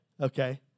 okay